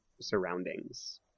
surroundings